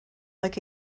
like